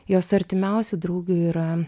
jos artimiausių draugių yra